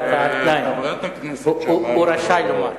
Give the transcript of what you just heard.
הוא רשאי לומר.